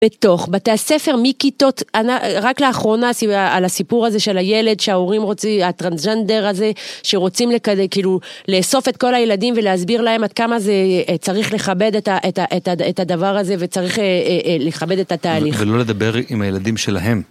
בתוך בתי הספר, מכיתות... רק לאחרונה, על הסיפור הזה של הילד, שההורים רוצים, הטרנסג'נדר הזה, שרוצים כאילו לאסוף את כל הילדים ולהסביר להם עד כמה צריך לכבד את הדבר הזה וצריך לכבד את התהליך. - ולא לדבר עם הילדים שלהם.